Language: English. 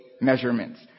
measurements